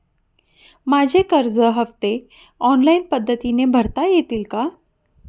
माझे कर्ज हफ्ते ऑनलाईन पद्धतीने भरता येतील का?